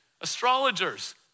Astrologers